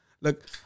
Look